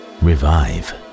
revive